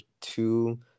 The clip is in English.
two